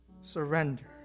surrender